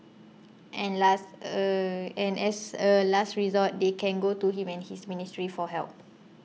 and last a and as a last resort they can go to him and his ministry for help